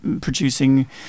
producing